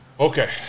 Okay